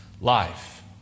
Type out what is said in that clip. life